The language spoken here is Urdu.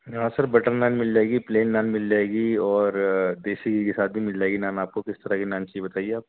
یہاں سر بٹر نان مِل جائے گی پلین نان مِل جائے گی اور دیسی ساتھ بھی مِل جائے گی نان آپ کو کس طرح کی نان چاہیے بتائیے آپ